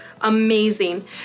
amazing